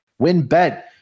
WinBet